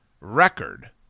record